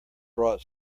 brought